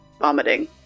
vomiting